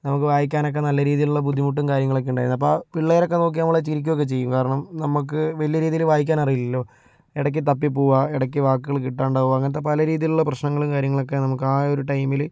നമുക്ക് വായിക്കാനൊക്കെ നല്ല രീതിയിലുള്ള ബുദ്ധിമുട്ടും കാര്യങ്ങളൊക്കെ ഉണ്ടായിരുന്നു അപ്പോൾ ആ പിള്ളേരൊക്കെ നോക്കി നമ്മളെ ചിരിക്കുകയൊക്കെ ചെയ്യും കാരണം നമ്മൾക്ക് വലിയ രീതിയില് വായിക്കാനറിയില്ലല്ലോ ഇടയ്ക്ക് തപ്പി പോവുക ഇടയ്ക്ക് വാക്കുകൾ കിട്ടാണ്ടാവുക അങ്ങനത്തെ പല രീതിയിലുള്ള പ്രശ്നങ്ങളും കാര്യങ്ങളൊക്കെ നമുക്ക് ആ ഒരു ടൈമില്